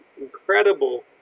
incredible